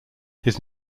his